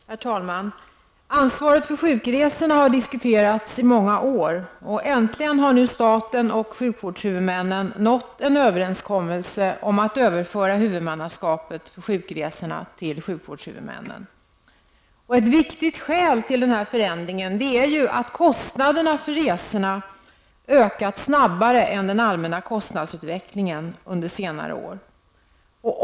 Herr talman! Ansvaret för sjukresorna har diskuterts i många år. Äntligen har nu staten och sjukvårdshuvudmännen nått en överenskommelse om att överföra huvudmannaskapet för sjukresorna till sjukvårdshuvudmännen. Ett viktigt skäl till den här förändringen är att kostnaderna för sjukresorna ökat snabbare än den allmänna kostnadsutvecklingen under senare år.